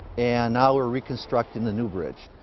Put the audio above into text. and now we're reconstructing the new bridge.